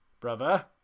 brother